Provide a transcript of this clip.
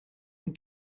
een